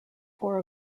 four